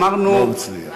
אמרנו, לא מצליח.